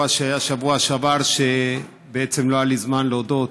שהיה בשבוע שעבר ובעצם לא היה לי זמן להודות,